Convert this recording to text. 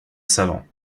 savants